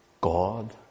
God